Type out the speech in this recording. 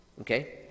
okay